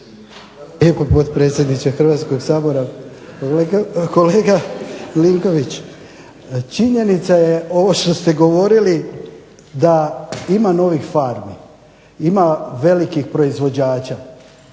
lijepo potpredsjedniče Hrvatskog sabora. Kolega Milinković, činjenica je ovo što ste govorili da ima novih farmi, ima velikih proizvođača